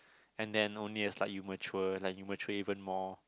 and then only a slight immature like you mature even more